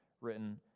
written